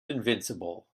invincible